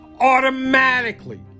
automatically